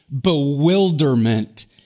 bewilderment